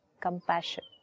Compassion